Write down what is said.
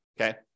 Okay